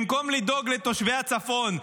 במקום לדאוג לתושבי הצפון?